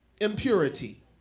impurity